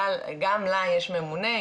אבל גם לה יש ממונה,